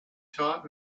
taught